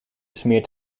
smeert